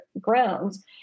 grounds